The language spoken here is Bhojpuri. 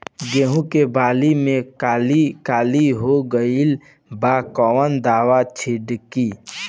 गेहूं के बाली में काली काली हो गइल बा कवन दावा छिड़कि?